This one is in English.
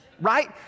right